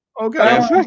Okay